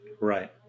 right